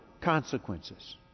consequences